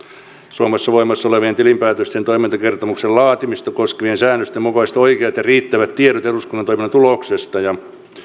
suomessa voimassa olevien tilinpäätöksen ja toimintakertomuksen laatimista koskevien säännösten mukaisesti oikeat ja riittävät tiedot eduskunnan toiminnan tuloksesta ja